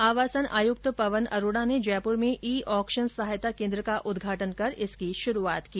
आवासन आयुक्त पवन अरोड़ा ने जयपुर में ई ऑक्शन सहायता केन्द्र कॉ उद्घाटन कर इसकी शुरूआत की